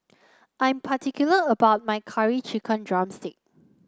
I'm particular about my Curry Chicken drumstick